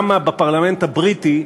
בפרלמנט הבריטי,